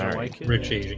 um like richie